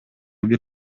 бир